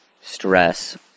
stress